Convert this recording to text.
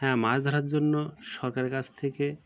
হ্যাঁ মাছ ধরার জন্য সরকারের কাছ থেকে